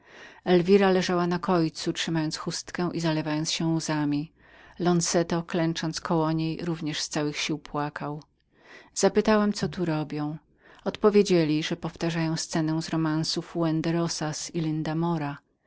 elwira leżała na kojcu trzymając chustkę i zalewając się rzewnemi łzami lonzeto na kolanach o dziesięć kroków od niej również z całych sił płakał zapytałam ich co tam porabiali odpowiedzieli że powtarzali scenę z romansu fuen de rozaz y